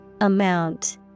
Amount